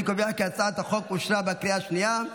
אני קובע כי הצעת החוק אושרה בקריאה השנייה.